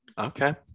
Okay